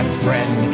friend